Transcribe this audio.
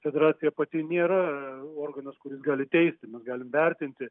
federacija pati nėra organas kuris gali teisti mes galim vertinti